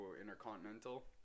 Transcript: intercontinental